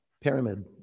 Pyramid